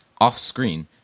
off-screen